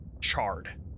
charred